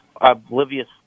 oblivious